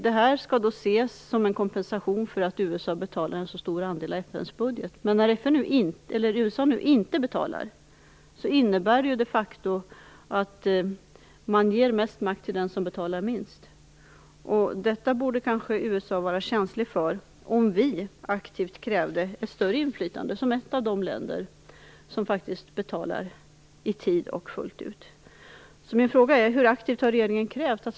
Det skall ses som en kompensation för att USA betalar en så stor andel av FN:s budget. Men när USA nu inte betalar innebär det de facto att man ger mest makt till den som betalar minst. Detta borde USA kanske vara känsligt för om vi aktivt krävde ett större inflytande som ett av de länder som faktiskt betalar i tid och fullt ut.